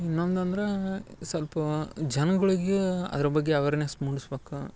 ಇನ್ನೊಂದ್ ಅಂದ್ರಾ ಸಲ್ಪಾ ಜನ್ಗುಳಿಗೆ ಅದ್ರ್ ಬಗ್ಗೆ ಅವೆರ್ನೆಸ್ ಮೂಡ್ಸ್ಬಕ